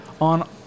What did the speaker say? on